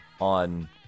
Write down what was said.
on